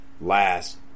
last